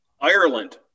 Ireland